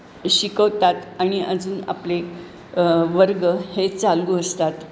शिकवतात आणि अजून आपले वर्ग हे चालू असतात